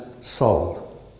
soul